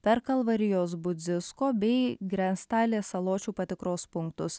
per kalvarijos budzisko bei grestalės saločių patikros punktus